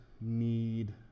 need